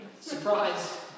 Surprise